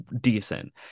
decent